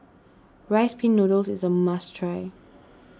Rice Pin Noodles is a must try